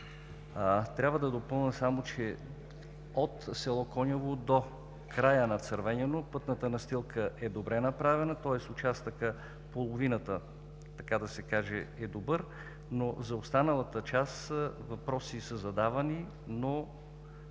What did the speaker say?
Трябва само да допълня, че от село Коняво до края на Цървеняно пътната настилка е добре направена, тоест участъкът – половината, така да се каже, е добър, а за останалата част въпроси са задавани, но